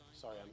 Sorry